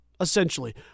essentially